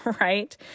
right